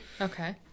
Okay